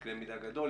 בקנה מידה גדול,